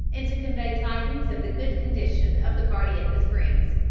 and to convey tidings of the good condition of the party at the springs.